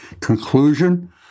conclusion